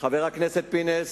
חבר הכנסת פינס,